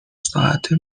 ساعته